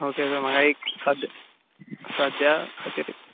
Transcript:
okay तर म्हाका एक सद्याक सद्या खातीर एक